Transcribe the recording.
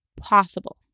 possible